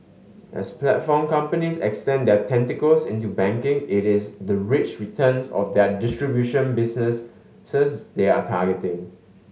as platform companies extend their tentacles into banking it is the rich returns of their distribution business they are targeting